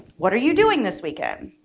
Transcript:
what are you doing this weekend?